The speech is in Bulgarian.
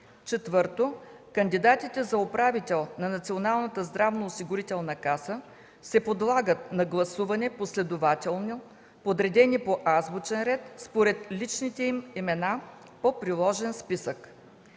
4. Кандидатите за управител на Националната здравноосигурителна каса се подлагат на гласуване последователно, подредени по азбучен ред, според личните им имена по приложен списък.